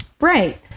Right